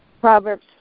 Proverbs